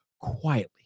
quietly